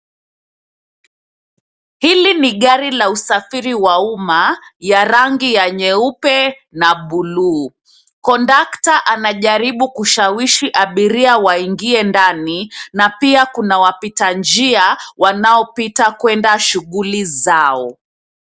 Hili ni gari la usafiri wa umma, ya rangi ya nyeupe na buluu. Kondakta anajaribu kushawishi abiria waingie ndani na pia kuna wapita njia wanaopita kuenda shuguli zao.